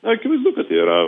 akivaizdu kad tai yra